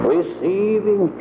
Receiving